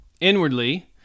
inwardly